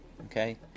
okay